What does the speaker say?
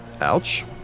Ouch